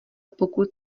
pokud